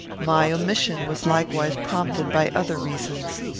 my omission was likewise prompted by other reasons.